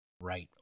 Right